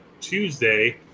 Tuesday